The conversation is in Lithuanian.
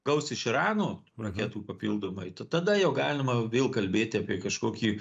gaus iš irano raketų papildomai ta tada jau galima vėl kalbėti apie kažkokį